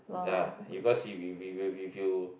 ya because if if if you if you